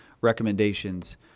recommendations